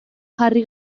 jarri